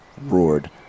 roared